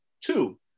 Two